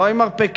לא עם מרפקים,